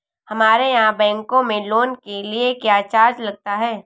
हमारे यहाँ बैंकों में लोन के लिए क्या चार्ज लगता है?